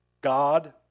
God